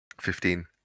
Fifteen